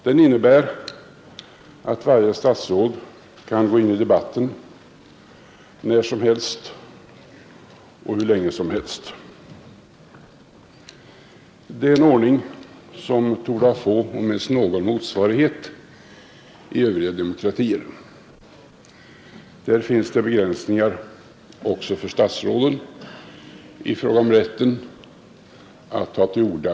Den innebär att varje statsråd kan gå in i debatten när som helst och tala hur länge som helst. Det är en ordning som torde ha få om ens några motsvarigheter i övriga demokratier. I dessa finns det begränsningar också för statsråden i fråga om rätten att ta till orda.